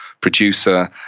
producer